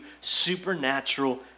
supernatural